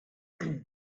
ändert